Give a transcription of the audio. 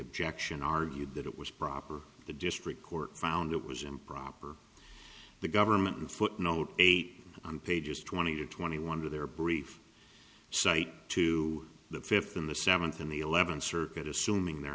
objection argued that it was proper the district court found it was improper the government and footnote eight on pages twenty to twenty one to their brief cite to the fifth in the seventh in the eleventh circuit assuming the